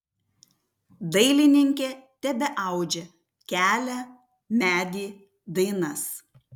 dailininkė tebeaudžia kelią medį dainas